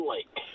Lake